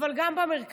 אבל גם במרכז.